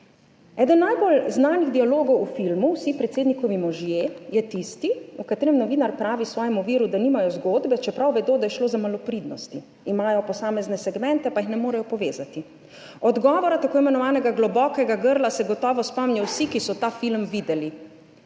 Eden najbolj znanih dialogov v filmu Vsi predsednikovi možje je tisti, v katerem novinar pravi svojemu viru, da nimajo zgodbe, čeprav vedo, da je šlo za malopridnosti, imajo posamezne segmente, pa jih ne morejo povezati. Odgovora tako imenovanega globokega grla se gotovo spomnijo vsi, ki so ta film videli: